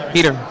Peter